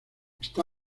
está